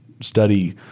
study